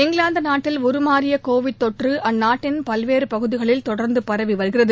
இங்கிலாந்து நாட்டில் உருமாறிய கோவிட் தொற்று அந்நாட்டின் பல்வேறு பகுதிகளில் தொடர்ந்து பரவி வருகிறது